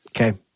Okay